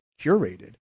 curated